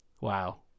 Wow